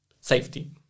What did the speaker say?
safety